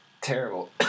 terrible